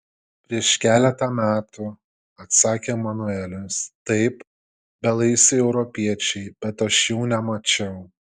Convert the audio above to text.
prieš keletą metų atsakė manuelis taip belaisviai europiečiai bet aš jų nemačiau